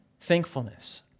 thankfulness